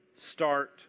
Start